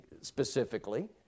specifically